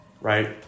right